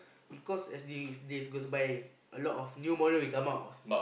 because as days days go by a lot of new model will come out